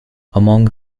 among